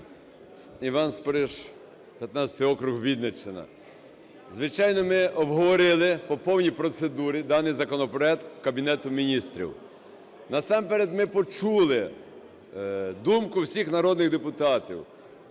Іван Спориш, 15-й округ, Вінниччина. Звичайно, ми обговорили, по повній процедурі, даний законопроект Кабінету Міністрів. Насамперед ми почули думку всіх народних депутатів.